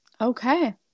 Okay